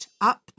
up